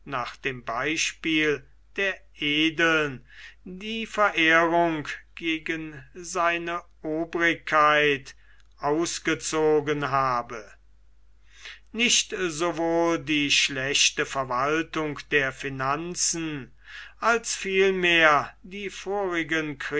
nach dem beispiel der edeln die verehrung gegen seine obrigkeit ausgezogen habe nicht sowohl die schlechte verwaltung der finanzen als vielmehr die vorigen